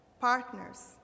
partners